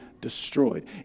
destroyed